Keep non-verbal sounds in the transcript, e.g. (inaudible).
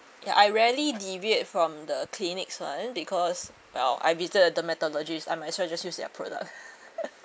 ya I rarely deviate from the clinics [one] because well I visit a dermatologist I might as well just use their product (laughs)